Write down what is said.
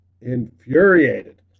infuriated